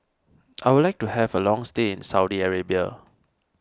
I would like to have a long stay in Saudi Arabia